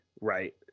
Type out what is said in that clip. right